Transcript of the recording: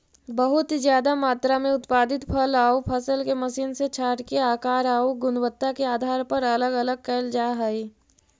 बहुत ज्यादा मात्रा में उत्पादित फल आउ फसल के मशीन से छाँटके आकार आउ गुणवत्ता के आधार पर अलग अलग कैल जा हई